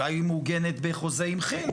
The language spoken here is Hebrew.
אולי היא מעוגנת בחוזה עם כי"ל.